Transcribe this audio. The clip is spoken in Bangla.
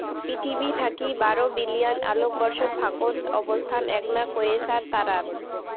পিথীবি থাকি বারো বিলিয়ন আলোকবর্ষ ফাকত অবস্থান এ্যাকনা কোয়েসার তারার